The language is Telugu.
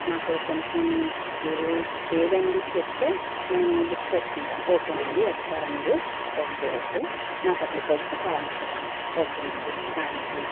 నాకు కొంచెం మీరు ఏదైంది చెప్తే నేను బుక్ చేసుకుంటాను ఓకేనండి వస్తారా మీరు ఓకే ఓకే నాకు అక్కడికి వచ్చి కాల్ చేయండి ఓకేనండి థాంక్యూ